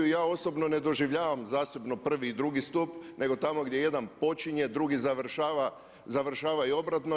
I ja osobno ne doživljavam zasebno prvi i drugi stup nego tamo gdje jedan počinje, drugi završava, završava i obratno.